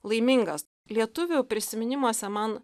laimingas lietuvių prisiminimuose man